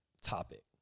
topic